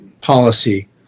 policy